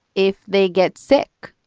if they get sick,